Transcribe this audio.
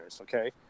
Okay